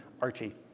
Archie